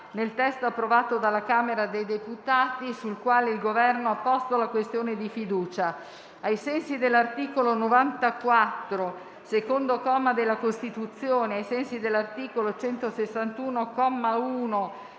nel testo approvato dalla Camera dei deputati, sull'approvazione del quale il Governo ha posto la questione di fiducia. Ricordo che ai sensi dell'articolo 94, secondo comma, della Costituzione e ai sensi dell'articolo 161,